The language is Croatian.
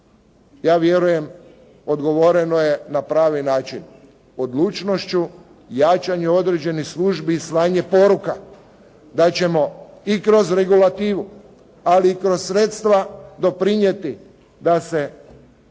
Ja vjerujem odgovoreno je na pravi način. Odlučnošću, jačanju određenih službi i slanje poruka da ćemo i kroz regulativa ali i kroz sredstva doprinijeti da se